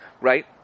right